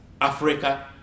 Africa